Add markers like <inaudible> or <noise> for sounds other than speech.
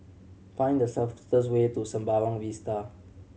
find the <unintelligible> way to Sembawang Vista